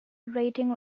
rating